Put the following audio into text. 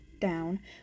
down